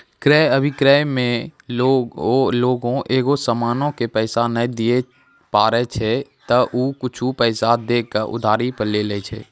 क्रय अभिक्रय मे लोगें एगो समानो के पैसा नै दिये पारै छै त उ कुछु पैसा दै के उधारी पे लै छै